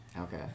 Okay